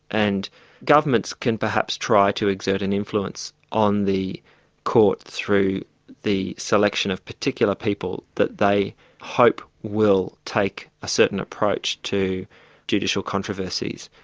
and governments can perhaps try to exert an influence on the court through the selection of particular people that they hope will take a certain approach to judicial controversies,